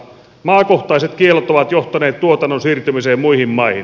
maakohtaiset kiellot ovat johtaneet tuotannon siirtymiseen muihin maihin